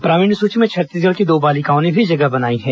प्रावीण्य सूची में छत्तीसगढ़ की दो बालिकाओं ने भी जगह बनाई है